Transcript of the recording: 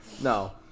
No